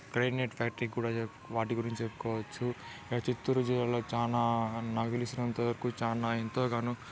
granite factory కూడా వాటి గురించి చెప్పుకోవచ్చు ఇంకా చిత్తూరు జిల్లాలో చానా నాకు తెలిసినంత వరుకు చానా ఎంతగానో